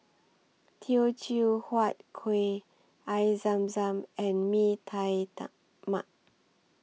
Teochew Huat Kueh Air Zam Zam and Mee Tai Mak